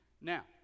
Now